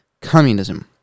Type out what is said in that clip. communism